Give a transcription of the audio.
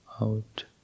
out